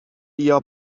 بیا